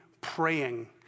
praying